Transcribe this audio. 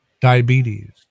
Diabetes